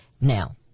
Now